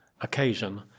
occasion